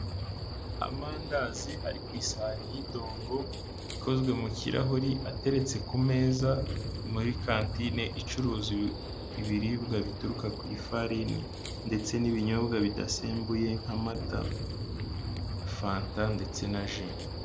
Amandazi ari ku isahani y'idongo ikozwe mu kirahuri, ateretse ku meza muri kantine icuruza ibiribwa bituruka ku ifarini ndetse n'ibinyobwa bidasembuye nka mata, fanta ndetse na ji.